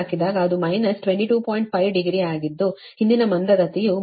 5 degree ಆಗಿದ್ದು ಹಿಂದಿನ ಮಂದಗತಿಯು ಮೊದಲು ಮೈನಸ್ 36